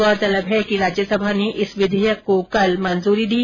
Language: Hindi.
गौरतलब है कि राज्यसभा ने इस विधेयक को कल मंजूरी दी